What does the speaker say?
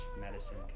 medicine